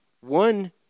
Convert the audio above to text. one